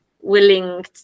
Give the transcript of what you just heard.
willing